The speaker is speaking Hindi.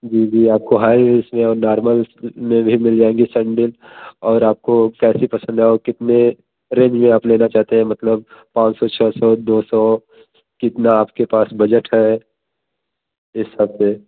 जी जी आपको हाई हील्स में और नार्मल हील्स में भी मिल जाएँगी सैंडिल और आपको कैसी पसंद है और कितने रेंज में आप लेना चाहते हैं मतलब पान सौ छः सौ दो सौ मतलब कितना आपके पास बजट है इन सब पर